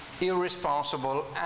irresponsible